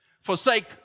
forsake